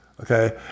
okay